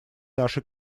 нашей